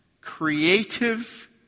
creative